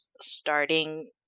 starting